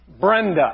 Brenda